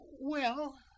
Well